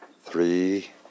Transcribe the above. Three